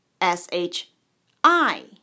S-H-I